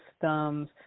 systems